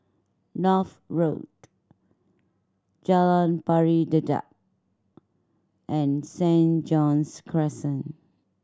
North Road Jalan Pari Dedap and Saint John's Crescent